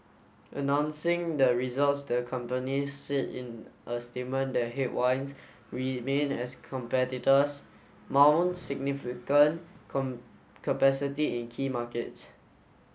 announcing the results the company said in a statement that headwinds remain as competitors mount significant come capacity in key markets